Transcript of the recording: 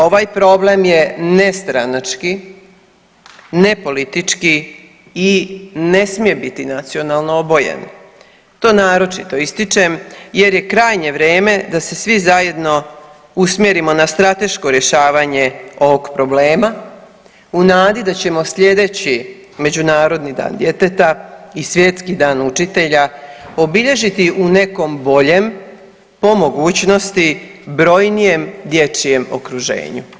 Ovaj problem je nestranački, nepolitički i ne smije biti nacionalno obojen, to naročito ističem jer je krajnje vrijeme da se svi zajedno usmjerimo na strateško rješavanje ovog problema u nadi da ćemo sljedeći Međunarodni dan djeteta i Svjetski dan učitelja obilježiti u nekom boljem, po mogućnosti brojnijem dječjem okruženju.